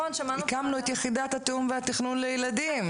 הקמנו את יחידת התיאום והתכנון לילדים.